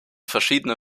verschiedene